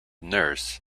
nurse